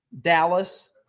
Dallas